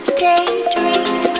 daydream